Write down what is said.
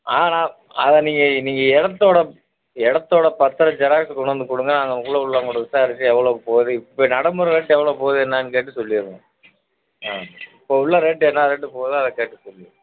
ஆ நான் அதுதான் நீங்கள் நீங்கள் இடத்தோட இடத்தோட பத்திரம் ஜெராக்ஸு கொண்டு வந்து கொடுங்க அங்கே ஊரில் உள்ளவங்கள்ட்ட விசாரித்து எவ்வளோக்கு போது இப்போ நடமுறை ரேட்டு எவ்வளோ போகுது என்னன்னு கேட்டு சொல்லிடுறேன் ஆ இப்போ உள்ள ரேட்டு என்ன ரேட்டு போகுதோ அதை கேட்டு சொல்லிடுறேன்